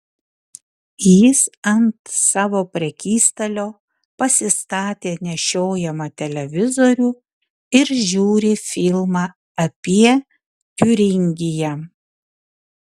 jis ant savo prekystalio pasistatė nešiojamą televizorių ir žiūri filmą apie tiuringiją